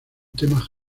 tema